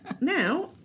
Now